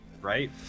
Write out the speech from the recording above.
right